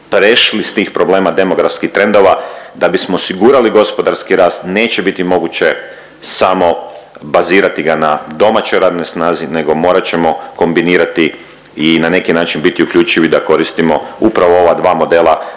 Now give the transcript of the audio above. prešli s tih problema demografskih trendova da bismo osigurali gospodarski rast neće biti moguće samo bazirati ga na domaćoj radnoj snazi nego morat ćemo morati kombinirati i na neki način biti uključivi da koristimo upravo ova dva modela,